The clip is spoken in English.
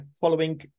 following